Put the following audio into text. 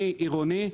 אני עירוני,